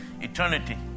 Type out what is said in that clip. eternity